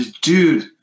dude